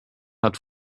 hat